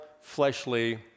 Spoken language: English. fleshly